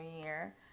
year